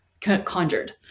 conjured